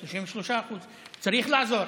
33%. צריך לעזור.